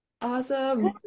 Awesome